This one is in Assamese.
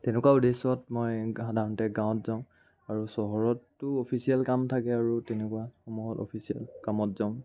তেনেকুৱা উদ্দেশ্যত মই সাধাৰণতে গাঁৱত যাওঁ আৰু চহৰততো অফিচিয়েল কাম থাকে আৰু তেনেকুৱা মই অফিচিয়েল কামত যাওঁ